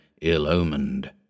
ill-omened